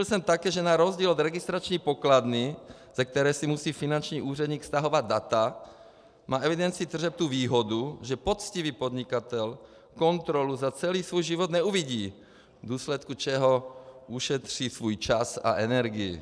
Vysvětlil jsem také, že na rozdíl od registrační pokladny, ze které si musí finanční úředník stahovat data, má evidence tržeb tu výhodu, že poctivý podnikatel kontrolu za celý svůj život neuvidí, v důsledku čehož ušetří svůj čas a energii.